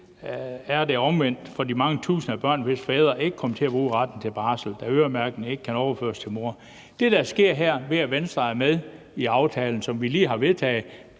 er trist for de mange tusind børn, hvis fædre ikke kommer til at bruge retten til barsel, da øremærkningen ikke kan overføres til mor. Det, der sker her, ved at Venstre er med i aftalen, som vi lige har vedtaget